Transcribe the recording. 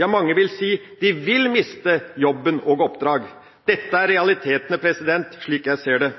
Ja, mange vil si de vil miste jobben og oppdrag. Dette er realitetene, slik jeg ser